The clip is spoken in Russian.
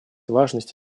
важность